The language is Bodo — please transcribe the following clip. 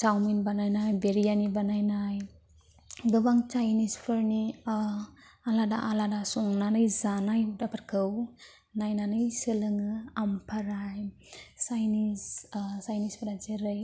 चावमिन बानायनाय बिरियानि बानायनाय गोबां चाइनिजफोरनि आलादा आलादा संनानै जानाय हुदाफोरखौ नायनानै सोलोङो ओमफ्राय चाइनिस चाइनिसफोरा जेरै